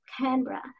Canberra